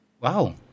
Wow